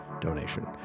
donation